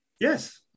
yes